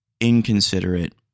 inconsiderate